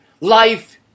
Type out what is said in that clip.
life